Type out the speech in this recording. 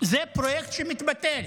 זה פרויקט שמתבטל.